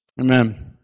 Amen